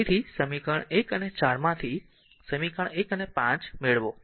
તેથી સમીકરણ 1 અને 4 માંથી સમીકરણ 1 અને 5 મેળવો